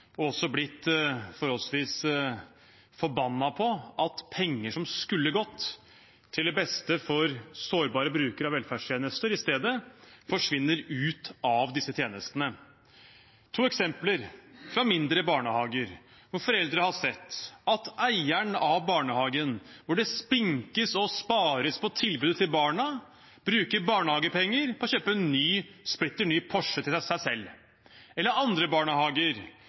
og også blitt forholdsvis forbanna på – at penger som skulle gått til det beste for sårbare brukere av velferdstjenester, i stedet forsvinner ut av disse tjenestene. To eksempler fra mindre barnehager: Foreldre har sett at eieren av barnehagen, hvor det spinkes og spares i tilbudet til barna, bruker barnehagepenger på å kjøpe en splitter ny Porsche til seg selv,